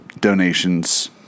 donations